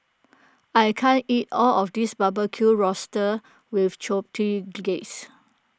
I can't eat all of this Barbecued Oysters with Chipotle Glaze